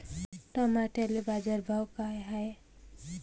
टमाट्याले बाजारभाव काय हाय?